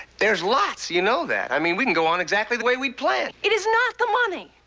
there's lots. you know that. i mean, we can go on exactly the way we'd planned. it is not the money.